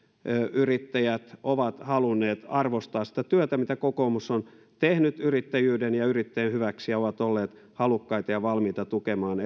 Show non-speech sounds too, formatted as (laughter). yrittäjät ovat halunneet arvostaa sitä työtä mitä kokoomus on tehnyt yrittäjyyden ja yrittäjien hyväksi ja ovat olleet halukkaita ja valmiita tukemaan (unintelligible)